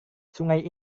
sungai